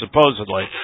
supposedly